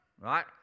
right